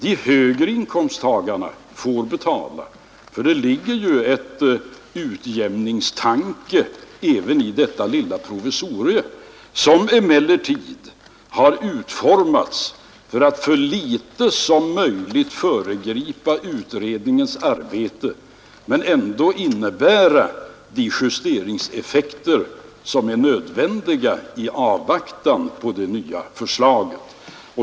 De högre inkomsttagarna kommer att få betala, eftersom det ju ligger en utjämningstanke även bakom detta lilla provisorium, som emellertid har utformats så att det så litet som möjligt skall föregripa utredningens arbete men så att det ändå ger de justeringseffekter som är nödvändiga i avvaktan på det nya förslaget.